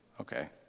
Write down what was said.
Okay